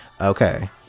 okay